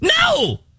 No